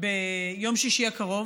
ביום שישי הקרוב.